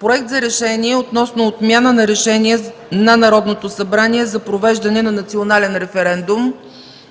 Проект за решение относно отмяна на решение на Народното събрание за провеждане на национален референдум.